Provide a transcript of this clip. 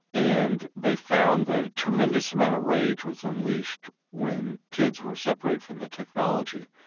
and they found that a tremendous amount of rage was unleashed when kids were separated from the technology,